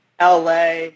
LA